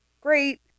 great